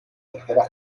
tercera